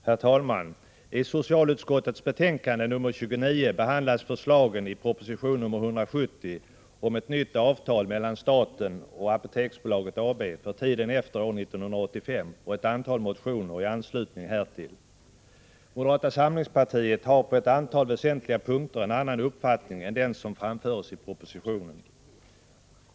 Herr talman! I socialutskottets betänkande nr 29 behandlas förslagen i proposition nr 170 om ett nytt avtal mellan staten och Apoteksbolaget AB för tiden efter år 1985 och ett antal motioner i anslutning härtill. Moderata samlingspartiet har på flera väsentliga punkter en annan uppfattning än den som framföres i propositionen.